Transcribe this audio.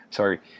sorry